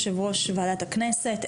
יושב ראש וועדת הכנסת.